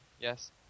yes